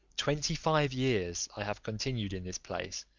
twenty-five years i have continued in this place,